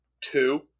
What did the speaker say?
two